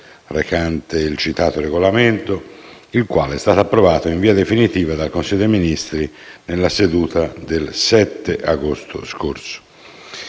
recante il citato regolamento, il quale è stato approvato in via definitiva dal Consiglio dei ministri nella seduta del 7 agosto scorso.